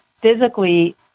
physically